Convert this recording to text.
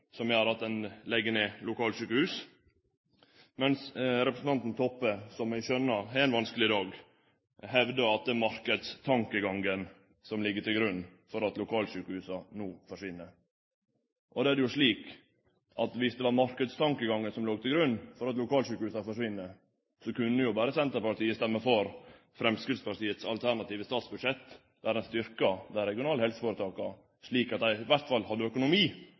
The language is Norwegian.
som gjer at ein legg ned lokalsjukehus, mens representanten Toppe, som eg skjønnar har ein vanskeleg dag, hevdar at det er marknadstankegangen som ligg til grunn for at lokalsjukehusa no forsvinn. Då er det jo slik at viss det var marknadstankegangen som låg til grunn for at lokalsjukehusa forsvinn, kunne jo berre Senterpartiet stemme for Framstegspartiets alternative statsbudsjett der ein styrkjer dei regionale helseføretaka, slik at dei i alle fall hadde økonomi